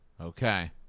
Okay